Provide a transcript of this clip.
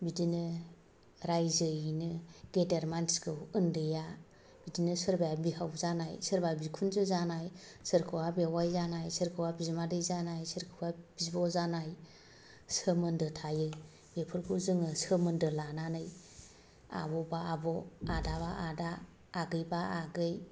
बिदिनो रायजोयैनो गेदेर मानसिखौ उन्दैआ बिदिनो सोरबाया बिहाव जानाय सोरबा बिखुनजो जानाय सोरखौबा बेवाय जानाय सोरखौबा बिमादै जानाय सोरखौबा बिबो जानाय सोमोन्दो थायो बेफोरखौ जोङो सोमोन्दो लानानै आब' बा आब' आदा बा आदा आगै बा आगै